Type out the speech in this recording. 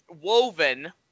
Woven